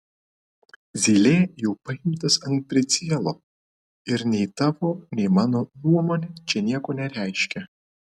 zylė jau paimtas ant pricielo ir nei tavo nei mano nuomonė čia nieko nereiškia